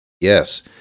Yes